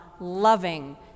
loving